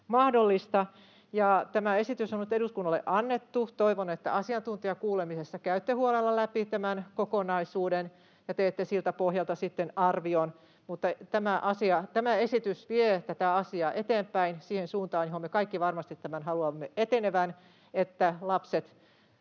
Tämä esitys on nyt eduskunnalle annettu. Toivon, että asiantuntijakuulemisessa käytte huolella läpi tämän kokonaisuuden ja teette siltä pohjalta sitten arvion. Mutta tämä esitys vie tätä asiaa eteenpäin siihen suuntaan, johon me kaikki varmasti tämän haluamme etenevän, että lapset